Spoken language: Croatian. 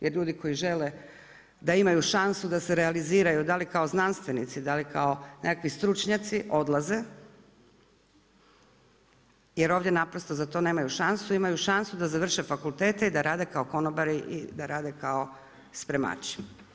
Jer ljudi koji žele da imaju šansu da se realiziraju da li kao znanstvenici, da li kao nekakvi stručnjaci odlaze, jer ovdje naprosto za to nemaju šansu imaju šansu da završe fakultete i da rade kao konobari i da rade kao spremači.